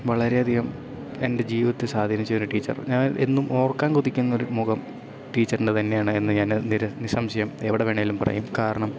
വളരെയധികം എൻ്റെ ജീവിതത്തെ സ്വാധീനിച്ചൊരു ടീച്ചർ ഞാൻ എന്നും ഓർക്കാൻ കൊതിക്കുന്നൊരു മുഖം ടീച്ചറിൻ്റെ തന്നെയാണ് എന്നു ഞാൻ നിസ്സംശയം എവിടെ വേണമെങ്കിലും പറയും കാരണം